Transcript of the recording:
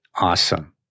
awesome